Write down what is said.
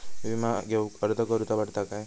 विमा घेउक अर्ज करुचो पडता काय?